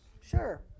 Sure